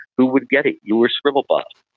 who would get it, you or scribble bot?